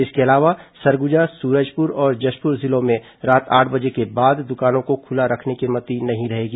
इसके अलावा सरगुजा सूरजपुर और जशपुर जिलों में रात आठ बजे के बाद दुकानों को खुला रखने की अनुमति नहीं रहेगी